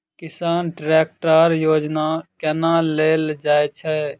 किसान ट्रैकटर योजना केना लेल जाय छै?